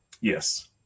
Yes